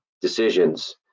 decisions